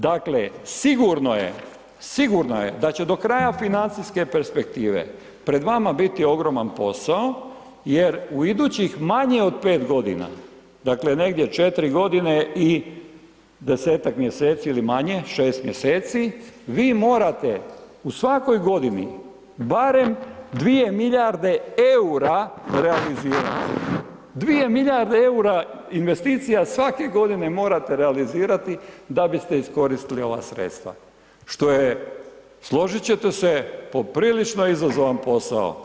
Dakle sigurno je da će do kraja financijske perspektive pred vama biti ogroman posao jer u idućih manje od 5 g., dakle negdje 4 g. i 10-ak mjeseci ili manje, 6 mj., vi morate u svakoj godini barem 2 milijarde eura realizirati, 2 milijarde eura investicija svake godine morate realizirati da biste iskoristili ova sredstva što je složit ćete se, poprilično izazovan posao.